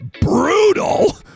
Brutal